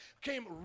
came